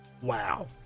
Wow